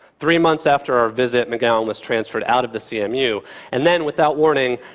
three months after our visit, mcgowan was transferred out of the cmu and then, without warning,